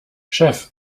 chef